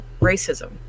racism